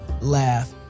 laugh